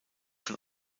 von